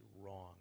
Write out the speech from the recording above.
wrong